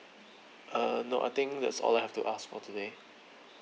uh no I think that's all I have to ask for today